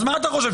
אז מה אתה חושב,